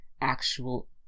actual